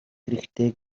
хэрэгтэй